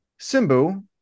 Simbu